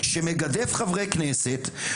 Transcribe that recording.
שמגדף חברי כנסת,